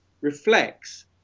reflects